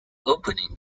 opening